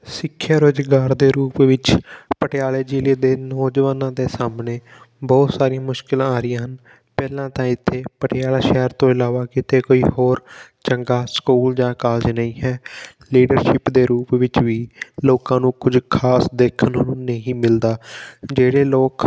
ਸਿੱਖਿਆ ਰੁਜ਼ਗਾਰ ਦੇ ਰੂਪ ਵਿੱਚ ਪਟਿਆਲੇ ਜ਼ਿਲ੍ਹੇ ਦੇ ਨੌਜਵਾਨਾਂ ਦੇ ਸਾਹਮਣੇ ਬਹੁਤ ਸਾਰੀ ਮੁਸ਼ਕਿਲਾਂ ਆ ਰਹੀਆਂ ਹਨ ਪਹਿਲਾਂ ਤਾਂ ਇੱਥੇ ਪਟਿਆਲਾ ਸ਼ਹਿਰ ਤੋਂ ਇਲਾਵਾ ਕਿਤੇ ਕੋਈ ਹੋਰ ਚੰਗਾ ਸਕੂਲ ਜਾਂ ਕਾਲਜ ਨਹੀਂ ਹੈ ਲੀਡਰਸ਼ਿਪ ਦੇ ਰੂਪ ਵਿੱਚ ਵੀ ਲੋਕਾਂ ਨੂੰ ਕੁਝ ਖਾਸ ਦੇਖਣ ਨੂੰ ਨਹੀਂ ਮਿਲਦਾ ਜਿਹੜੇ ਲੋਕ